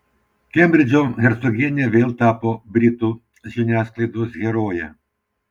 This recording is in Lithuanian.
kembridžo hercogienė vėl tapo britų žiniasklaidos heroje